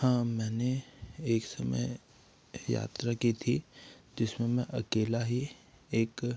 हाँ मैंने एक समय यात्रा की थी जिसमें मैं अकेला ही एक